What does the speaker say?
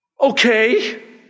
okay